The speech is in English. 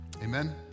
Amen